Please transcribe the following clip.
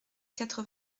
quatre